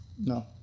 No